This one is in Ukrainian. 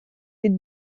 від